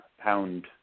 pound